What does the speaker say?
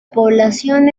población